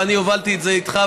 ואני הובלתי את זה איתך,